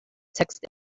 text